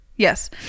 Yes